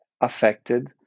affected